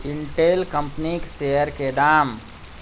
Intel कंपनीक शेयरके दाम